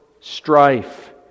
strife